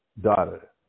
daughter